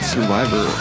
Survivor